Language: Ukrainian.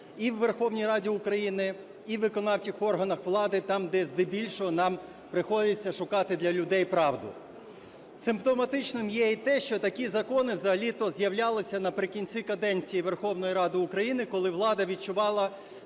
і в Верховній Раді України, і у виконавчих органах влади там, де здебільшого нам приходиться шукати для людей правду. Симптоматичним є і те, що такі закони взагалі-то з'являлися наприкінці каденції Верховної Ради України, коли влада відчувала,